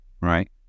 Right